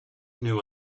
knew